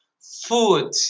food